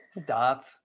stop